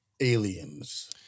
Aliens